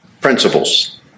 principles